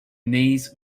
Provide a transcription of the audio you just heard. knees